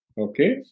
Okay